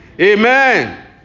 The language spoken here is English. Amen